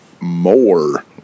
more